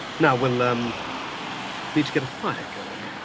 now, we'll. um need to get a fire going.